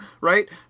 right